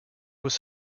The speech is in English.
was